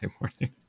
morning